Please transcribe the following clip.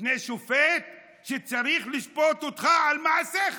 בפני שופט שצריך לשפוט אותך על מעשיך,